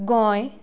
Goa